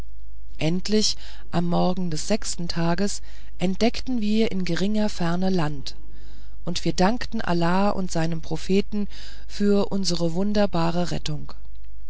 endlich am morgen des sechsten tages entdeckten wir in geringer ferne land und wir dankten allah und seinem propheten für unsere wunderbare rettung